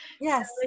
Yes